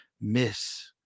Miss